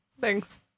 Thanks